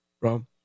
bro